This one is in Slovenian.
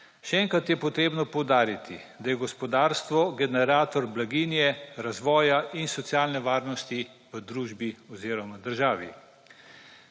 Še enkrat je potrebno poudariti, da je gospodarstvo generator blaginje, razvoja in socialne varnosti v družbi oziroma državi.